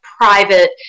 private